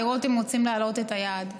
לראות אם רוצים להעלות את היעד.